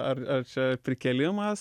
ar čia prikėlimas